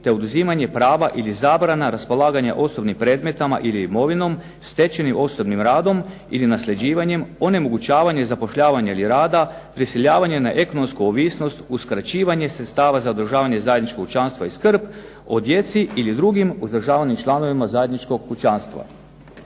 te oduzimanje prava ili zabrana raspolaganje osobnim predmetima ili imovinom stečenim osobnim radom ili nasljeđivanjem, onemogućavanje i zapošljavanje rada, prisiljavanje na ekonomsku ovisnost, uskraćivanje sredstava za odražavanje zajedničkog kućanstva i skrb o djeci ili drugim uzdržavanim članovima zajedničkog kućanstva.